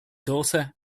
daughter